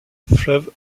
fleuve